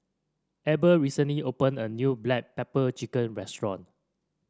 Abel recently opened a new Black Pepper Chicken restaurant